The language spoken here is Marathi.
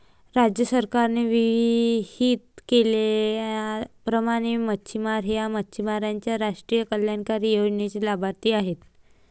राज्य सरकारने विहित केल्याप्रमाणे मच्छिमार हे मच्छिमारांच्या राष्ट्रीय कल्याणकारी योजनेचे लाभार्थी आहेत